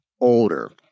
older